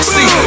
See